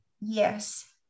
yes